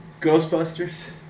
Ghostbusters